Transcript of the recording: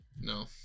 no